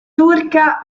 turca